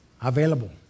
available